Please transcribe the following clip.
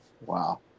wow